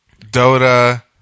Dota